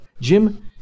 Jim